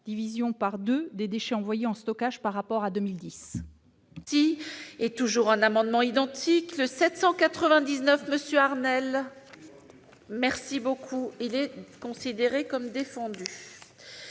division par deux des déchets envoyés en stockage par rapport à 2010.